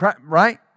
right